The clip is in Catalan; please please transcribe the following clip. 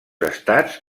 estats